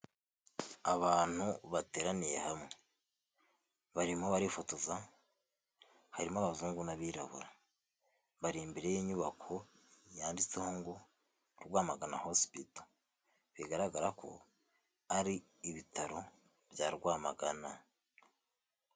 Abantu bateraniye hamwe barimo barifotoza harimo abazungu n'abirabura, bari imbere y'inyubako yanditseho ngo ''Rwamagana hosipito'' bigaragara ko ari ibitaro bya Rwamagana.